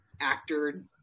actor